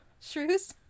Shrews